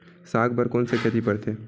साग बर कोन से खेती परथे?